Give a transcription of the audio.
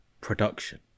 production